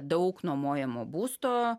daug nuomojamo būsto